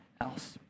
else